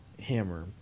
hammer